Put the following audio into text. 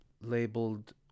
labeled